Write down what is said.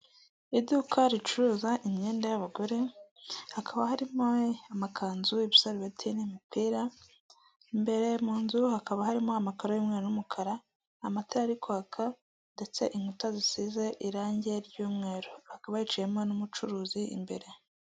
Iduka ricuruza imyenda y'abagore, hakaba harimo amakanzu, ibisarubeti n'imipira, imbere mu nzu hakaba harimo amakara y'umweru n'umukara, amatara ari kwaka ndetse inkuta zisize irange ry'umweru hakaba hicayemo n'umucuruzi imbere.